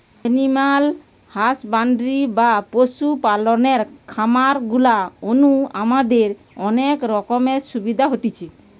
animal husbandry বা পশু পালনের খামার গুলা নু আমাদের অনেক রকমের সুবিধা হতিছে